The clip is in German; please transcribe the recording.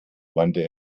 wandte